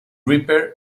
reaper